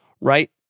right